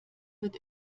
wird